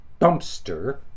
dumpster